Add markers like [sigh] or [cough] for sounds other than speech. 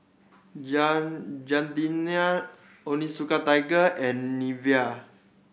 [unintelligible] Gardenia Onitsuka Tiger and Nivea